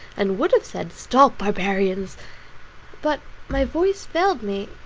and would have said, stop, barbarians but my voice failed me,